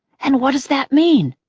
and what does that mean?